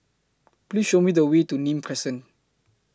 Please Show Me The Way to Nim Crescent